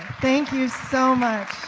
thank you so much.